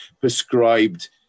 prescribed